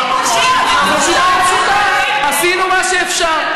והתשובה היא פשוטה: עשינו מה שאפשר.